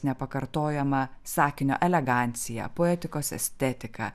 nepakartojama sakinio elegancija poetikos estetika